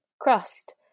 crust